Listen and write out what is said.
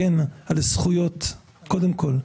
קודם כול,